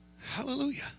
Hallelujah